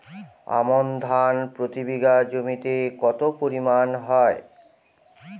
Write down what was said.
আমন ধান প্রতি বিঘা জমিতে কতো পরিমাণ হয়?